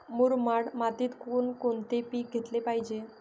मुरमाड मातीत कोणकोणते पीक घेतले पाहिजे?